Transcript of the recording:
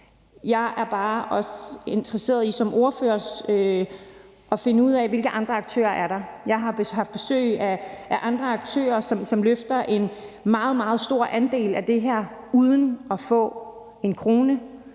Jeg er bare også interesseret i som ordfører at finde ud af, hvilke andre aktører der er. Jeg har haft besøg af andre aktører, som løfter en meget stor andel af det her uden at få en krone,